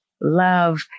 love